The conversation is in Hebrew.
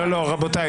רבותיי.